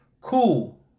Cool